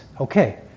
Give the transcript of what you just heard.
okay